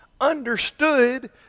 understood